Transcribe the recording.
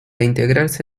integrarse